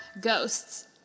Ghosts